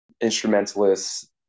instrumentalists